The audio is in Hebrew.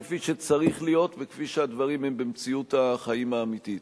כפי שצריך להיות וכפי שהדברים הם במציאות החיים האמיתית.